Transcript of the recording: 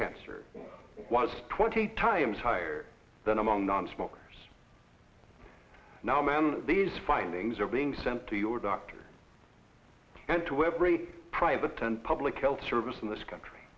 cancer was twenty times higher than among nonsmokers now man these findings are being sent to your doctor and to every private then public health service in this country